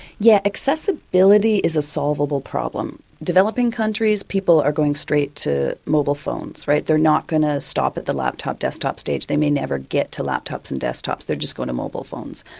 yeah accessibility is a solvable problem. developing countries, people are going straight to mobile phones. they're not going to stop at the laptop desktop stage, they may never get to laptops and desktops, they're just going to mobile phones.